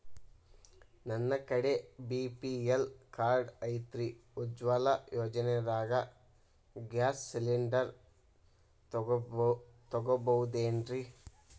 ನನ್ನ ಕಡೆ BPL card ಐತ್ರಿ, ಉಜ್ವಲಾ ಯೋಜನೆದಾಗ ಗ್ಯಾಸ್ ಸಿಲಿಂಡರ್ ತೊಗೋಬಹುದೇನ್ರಿ?